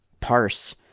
parse